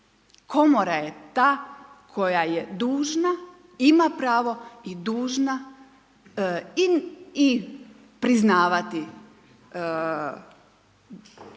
komora je ta koja je dužna ima pravo i dužna i priznavati